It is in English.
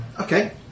Okay